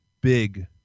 big